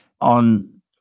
on